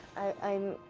i'm